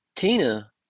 Tina